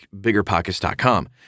biggerpockets.com